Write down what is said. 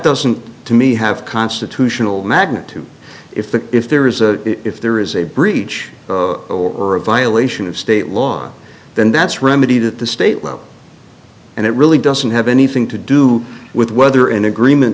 doesn't to me have constitutional magnitude if the if there is a if there is a breach or a violation of state law and then that's remedied at the state level and it really doesn't have anything to do with whether an agreement